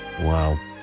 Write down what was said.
Wow